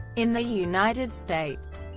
in the united states,